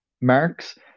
Marx